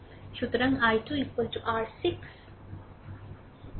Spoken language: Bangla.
সুতরাং I2 r6 rI1